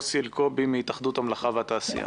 יוסי אלקובי מהתאחדות המלאכה והתעשייה.